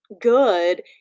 good